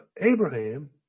Abraham